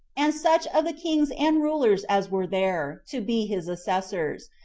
and such of the kings and rulers as were there, to be his assessors,